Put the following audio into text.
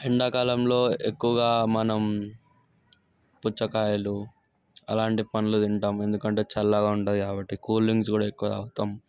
ఎండకాలంలో ఎక్కువగా మనం పుచ్చకాయలు అలాంటి పళ్ళు తింటాం ఎందుకంటే చల్లగా ఉంటుంది కాబట్టి కూల్ డ్రింక్స్ కూడా ఎక్కువ తాగుతాం